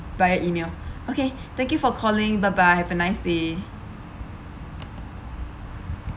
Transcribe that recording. by E-mail okay thank you for calling bye bye have a nice day